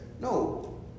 No